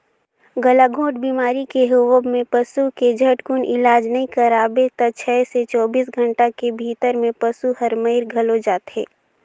गलाघोंट बेमारी के होवब म पसू के झटकुन इलाज नई कराबे त छै से चौबीस घंटा के भीतरी में पसु हर मइर घलो जाथे